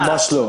ממש לא.